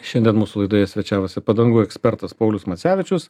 šiandien mūsų laidoje svečiavosi padangų ekspertas paulius macevičius